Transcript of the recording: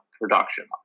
production